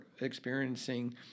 experiencing